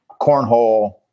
cornhole